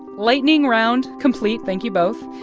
lightning round complete. thank you both.